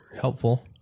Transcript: helpful